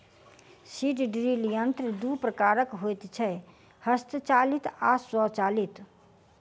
seed drill यंत्र दू प्रकारक होइत छै, हस्तचालित आ स्वचालित